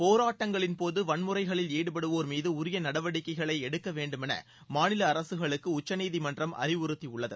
போராட்டங்களின்போது வன்முறைகளில் ஈடுபடுவோா்மீது உரிய நடவடிக்கைகளை எடுக்கவேண்டுமென மாநில அரசுகளுக்கு உச்சநீதிமன்றம் அறிவுறுத்தியுள்ளது